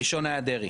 הראשון היה דרעי.